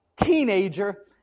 Teenager